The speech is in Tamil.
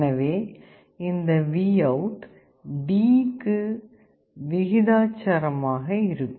எனவே இந்த VOUT D க்கு விகிதாச்சாரம் ஆக இருக்கும்